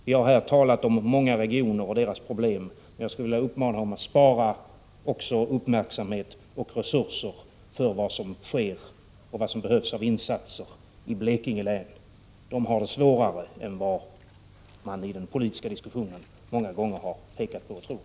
Vi har här talat om många regioner och deras problem. Jag vill uppmana honom att också spara uppmärksamhet och resurser för vad som sker, och vad som behövs av insatser, i Blekinge län. Det är ett län som har det svårare än vad man i den politiska diskussionen många gånger pekar på och tror.